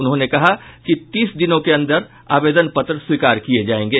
उन्होंने कहा कि तीस दिनों के अंदर आवेदन पत्र स्वीकार किये जायेंगे